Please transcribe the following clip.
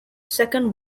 second